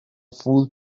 full